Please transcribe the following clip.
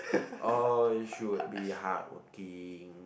uh it should be hardworking